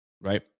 right